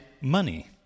money